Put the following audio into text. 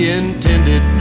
intended